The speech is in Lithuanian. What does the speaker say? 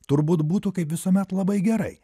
turbūt būtų kaip visuomet labai gerai